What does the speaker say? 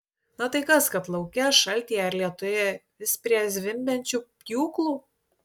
na tai kas kad lauke šaltyje ar lietuje vis prie zvimbiančių pjūklų